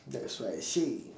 that's why I say